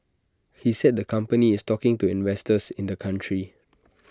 he said the company is talking to investors in the country